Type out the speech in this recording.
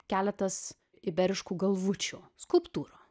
keletas iberiškų galvučių skulptūrų